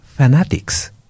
fanatics